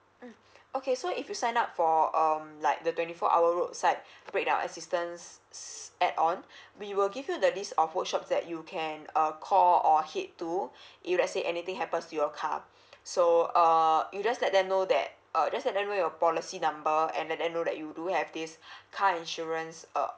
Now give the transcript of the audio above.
mm okay so if you sign up for um like the twenty four hour roadside break down assistance add on we will give you the list of workshop that you can uh call or head to if let say anything happens to your car so uh you just let them know that uh just let them know your policy number and let them know that you do have this car insurance err